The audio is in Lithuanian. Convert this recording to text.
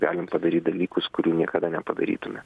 galim padaryt dalykus kurių niekada nepadarytume